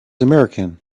american